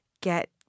get